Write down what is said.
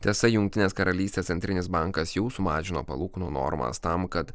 tiesa jungtinės karalystės centrinis bankas jau sumažino palūkanų normas tam kad